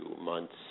months